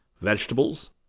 Vegetables